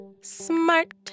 Smart